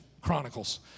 Chronicles